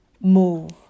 move